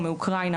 או מאוקרינה,